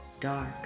Dark